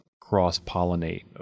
cross-pollinate